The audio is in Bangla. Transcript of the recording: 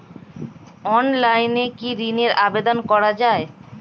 অনলাইনে কি ঋনের আবেদন করা যায়?